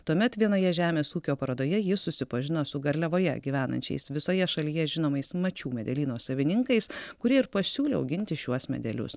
tuomet vienoje žemės ūkio parodoje ji susipažino su garliavoje gyvenančiais visoje šalyje žinomais mačių medelyno savininkais kurie ir pasiūlė auginti šiuos medelius